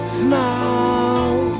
smile